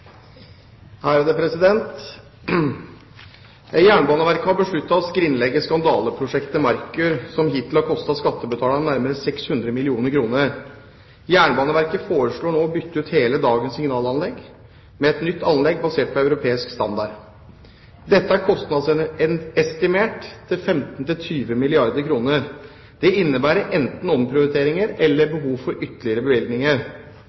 har besluttet å skrinlegge skandaleprosjektet Merkur som hittil har kostet skattebetalerne nærmere 600 mill. kr. Jernbaneverket foreslår nå å bytte ut hele dagens signalanlegg med et nytt anlegg basert på europeisk standard. Dette er kostnadsestimert til 15–20 milliarder kr. Dette innebærer enten omprioriteringer eller behov for ytterligere bevilgninger.